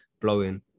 blowing